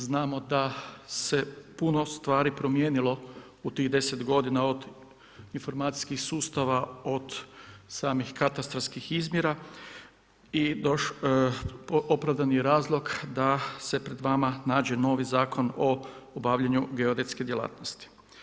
Znamo da se puno stvari promijenilo u tih deset godina od informacijskih sustava od samih katastarskih izmjera i opravdan je razlog da se pred vama nađe novi Zakon o obavljanju geodetske djelatnosti.